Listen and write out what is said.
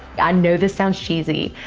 i know this sounds cheescheesy,